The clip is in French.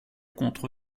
contre